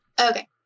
Okay